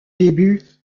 début